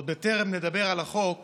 עוד בטרם נדבר על החוק